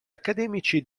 accademici